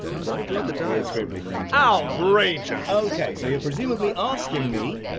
but i drew the diagram scribbly thing outrageous. ok, so you're presumably asking me,